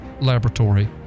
Laboratory